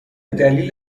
دلیل